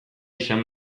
izan